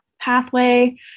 pathway